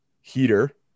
heater